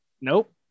Nope